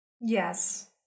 Yes